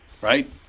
right